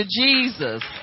Jesus